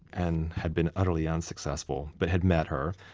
and had been utterly unsuccessful, but had met her,